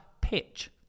pitch